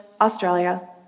Australia